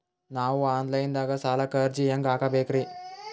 ನಾವು online ದಾಗ ಸಾಲಕ್ಕ ಅರ್ಜಿ ಹೆಂಗ ಹಾಕಬೇಕ್ರಿ?